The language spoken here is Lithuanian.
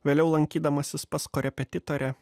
vėliau lankydamasis pas korepetitorę